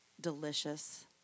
delicious